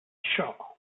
shaw